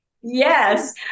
Yes